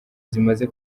zimaze